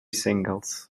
singles